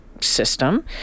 system